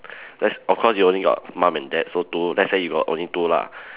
that's of course you got only mum and dad so two let's say you got only two lah